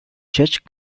church